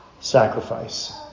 sacrifice